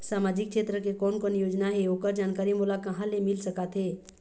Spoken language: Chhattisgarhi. सामाजिक क्षेत्र के कोन कोन योजना हे ओकर जानकारी मोला कहा ले मिल सका थे?